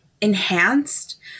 enhanced